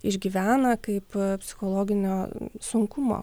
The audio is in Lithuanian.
išgyvena kaip psichologinio sunkumo